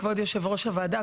כבוד יושב-ראש הוועדה,